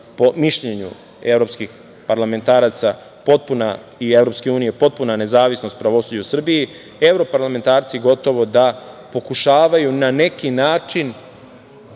po mišljenju evropskih parlamentaraca i EU, potpuna nezavisnost pravosuđa u Srbiji, evro-parlamentarci gotovo da pokušavaju na neki način,